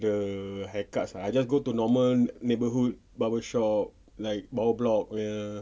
the haircuts lah I just go to normal neighbourhood barber shops like bawah block punya